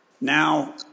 now